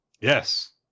Yes